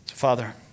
Father